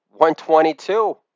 122